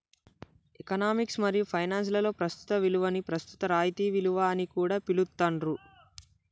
economics మరియు finance లలో ప్రస్తుత విలువని ప్రస్తుత రాయితీ విలువ అని కూడా పిలుత్తాండ్రు